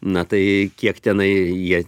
na tai kiek tenai jie